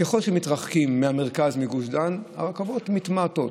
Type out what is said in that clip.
ככל שמתרחקים מהמרכז, מגוש דן, הרכבות מתמעטות.